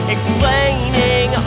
Explaining